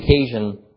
occasion